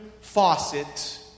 faucet